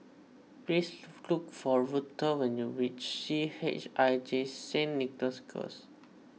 please look for Ruthe when you reach C H I J Saint Nicholas Girls